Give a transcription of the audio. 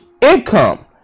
income